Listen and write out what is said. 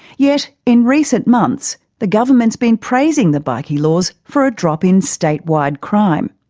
yet in recent months the government's been praising the bikie laws for a drop in state-wide crime.